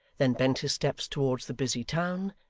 then bent his steps towards the busy town,